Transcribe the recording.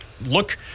look